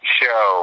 show